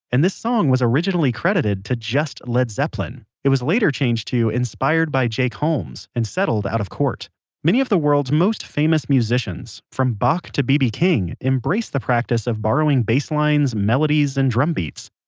and this song was originally credited just led zeppelin. it was later changed to inspired by jake holmes and settled out of court many of the world's most famous musicians, from bach to bb king, embrace the practice of borrowing bass lines, melodies and drum beats.